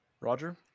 Roger